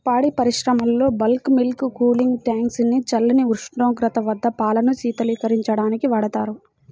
పాడి పరిశ్రమలో bulk milk cooling tank ని చల్లని ఉష్ణోగ్రత వద్ద పాలను శీతలీకరించడానికి వాడతారు